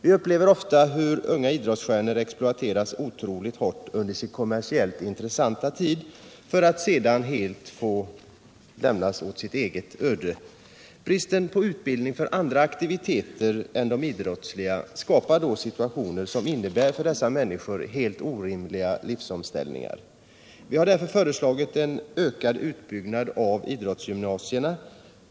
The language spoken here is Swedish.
Vi upplever ofta hur unga idrottsstjärnor exploateras otroligt hårt under sin kommersiellt intressanta tid för att sedan helt lämnas åt sitt öde. Bristen på utbildning för andra aktiviteter än de idrottsliga skapar då situationer som för dessa människor innebär helt orimliga livsomställningar. Vi har därför föreslagit en ökad utbyggnad av idrottsgymnasierna.